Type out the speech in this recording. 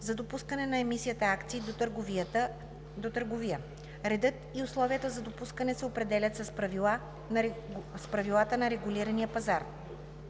за допускане на емисията акции до търговия. Редът и условията за допускане се определят с правилата на регулирания пазар.